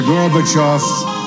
Gorbachev